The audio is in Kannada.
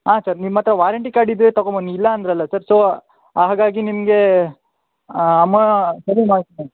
ಹಾಂ ಸರ್ ನಿಮ್ಮ ಹತ್ರ ವಾರಂಟಿ ಕಾರ್ಡ್ ಇದ್ದರೆ ತೊಗೊಂಡು ಬನ್ನಿ ಇಲ್ಲ ಅಂದರಲ್ಲ ಸರ್ ಸೊ ಹಾಗಾಗಿ ನಿಮಗೆ ಅಮಾ ಕಮ್ಮಿ ಮಾಡ್ಸ್ತೀನಿ